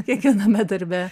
kiekviename darbe